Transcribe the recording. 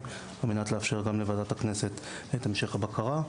על מנת לאפשר גם לוועדת הכנסת את המשך הבקרה.